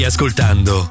Ascoltando